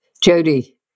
Jody